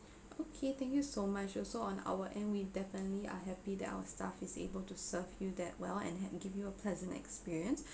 okay thank you so much also on our end we definitely are happy that our staff is able to serve you that well and had give you a pleasant experience